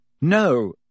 No